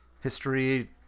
History